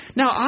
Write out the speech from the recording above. now